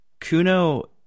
kuno